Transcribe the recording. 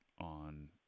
on